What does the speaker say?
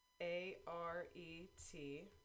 A-R-E-T